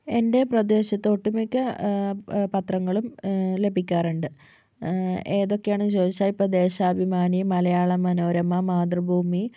എൻ്റെ പ്രദേശത്ത് ഒട്ടുമിക്ക പത്രങ്ങളും ലഭിക്കാറുണ്ട് ഏതൊക്കെയാണെന്ന് ചോദിച്ചാൽ ഇപ്പോൾ ദേശാഭിമാനി മലയാള മനോരമ മാതൃഭൂമി